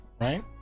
right